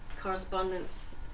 correspondence